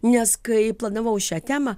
nes kai planavau šią temą